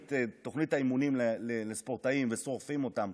את תוכנית האימונים לספורטאים ושורפים אותם,